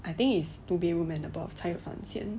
I think is two bedroom and above 才有三千